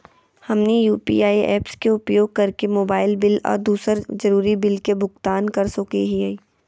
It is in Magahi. हमनी यू.पी.आई ऐप्स के उपयोग करके मोबाइल बिल आ दूसर जरुरी बिल के भुगतान कर सको हीयई